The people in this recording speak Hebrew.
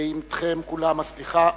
ועם כולם הסליחה.